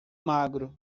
magro